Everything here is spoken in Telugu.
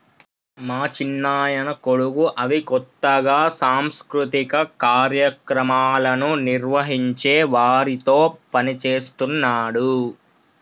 మా చిన్నాయన కొడుకు అవి కొత్తగా సాంస్కృతిక కార్యక్రమాలను నిర్వహించే వారితో పనిచేస్తున్నాడు